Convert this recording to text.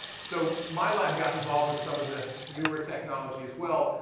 so my lab got involved with some of the newer technology as well.